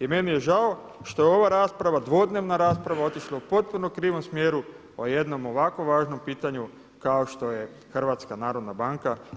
I meni je žao što je ova rasprava dvodnevna rasprava otišla u potpuno krivom smjeru o jednom ovako važnom pitanju kao što je HNB